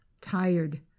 tired